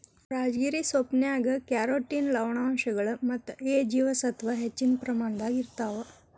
ರಾಜಗಿರಿ ಸೊಪ್ಪಿನ್ಯಾಗ ಕ್ಯಾರೋಟಿನ್ ಲವಣಾಂಶಗಳು ಮತ್ತ ಎ ಜೇವಸತ್ವದ ಹೆಚ್ಚಿನ ಪ್ರಮಾಣದಾಗ ಇರ್ತಾವ